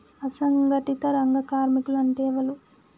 అసంఘటిత రంగ కార్మికులు అంటే ఎవలూ?